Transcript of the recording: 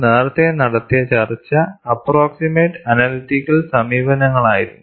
നമ്മൾ നേരത്തെ നടത്തിയ ചർച്ച അപ്പ്രോക്സിമേറ്റ് അനലെറ്റിക്കൽ സമീപനങ്ങളായിരുന്നു